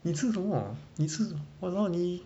你吃什么你吃 !walao! 你